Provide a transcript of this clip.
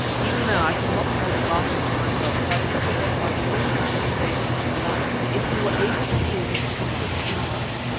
even then i could not help laughing to myself as i pictured what my dear father's face would be like if he were able to hear his convert's remarks.